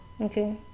Okay